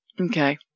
Okay